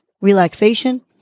relaxation